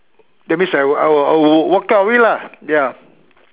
that means I will I will I will walk out of it lah ya